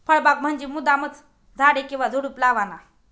फळबाग म्हंजी मुद्दामचं झाडे किंवा झुडुप लावाना